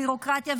ביורוקרטיה,